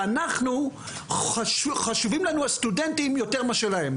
שהסטודנטים חשובים לנו יותר מאשר להם.